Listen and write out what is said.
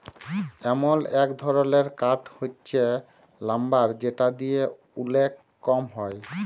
এমল এক ধরলের কাঠ হচ্যে লাম্বার যেটা দিয়ে ওলেক কম হ্যয়